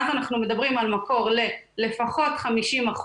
ואז אנחנו מדברים על מקור ללפחות 50%